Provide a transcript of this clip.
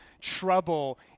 trouble